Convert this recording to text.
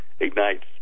ignites